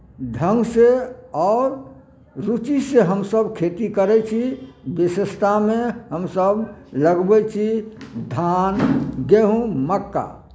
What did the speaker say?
ढङ्गसँ आओर रुचिसँ हमसभ खेती करै छी विशेषतामे हमसभ लगबै छी धान गेँहूँ मक्का